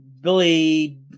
billy